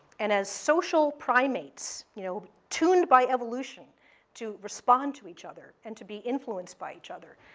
and as social primates, you know, tuned by evolution to respond to each other and to be influenced by each other,